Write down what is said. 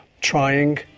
trying